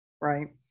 right